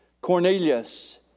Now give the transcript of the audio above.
Cornelius